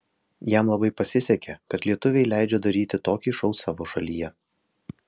jam labai pasisekė kad lietuviai leidžia daryti tokį šou savo šalyje